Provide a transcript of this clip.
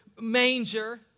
manger